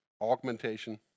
augmentation